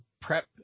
prep